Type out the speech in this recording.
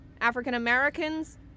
African-Americans